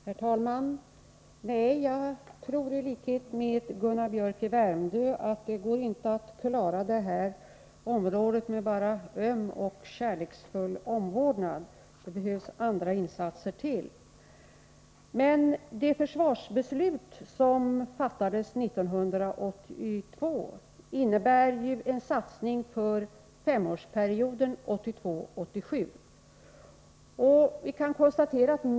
Herr talman! Jag tror i likhet med Gunnar Biörck i Värmdö att det inte går att klara detta problem med bara öm och kärleksfull omvårdnad, det behövs andra insatser också. Det försvarsbeslut som fattades 1982 innebär ju en satsning för femårsperioden 1982-1987.